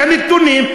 הנתונים,